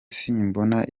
simbona